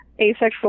asexual